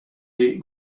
des